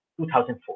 2004